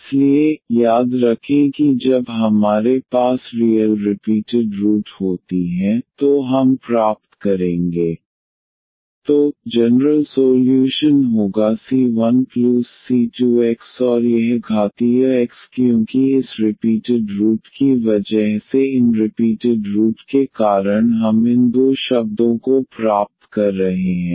इसलिए याद रखें कि जब हमारे पास रियल रिपीटेड रूट होती हैं तो हम प्राप्त करेंगे yc1c2xexc3cos 2x c4sin 2x तो जनरल सोल्यूशन होगा c1c2x और यह घातीय x क्योंकि इस रिपीटेड रूट की वजह से इन रिपीटेड रूट के कारण हम इन दो शब्दों को प्राप्त कर रहे हैं